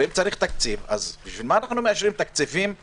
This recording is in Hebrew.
אם צריך תקציב, אז צריך להוסיף תקציב גם